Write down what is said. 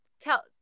tell